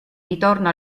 ritorno